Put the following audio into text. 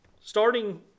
starting